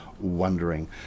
wondering